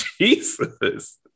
Jesus